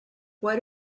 what